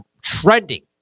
trending